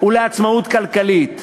ולעצמאות כלכלית.